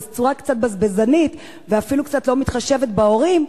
בצורה קצת בזבזנית ואפילו קצת לא מתחשבת בהורים,